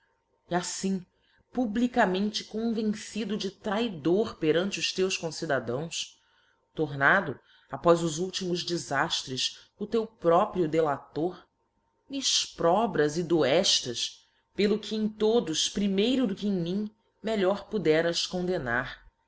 e altim publicamente convencido de traidor perante os teus concidadãos tornado após os últimos defaftres o teu próprio delator me exprobras e doeílas pelo que em todos primeiro do que em mim melhor poderás condemnar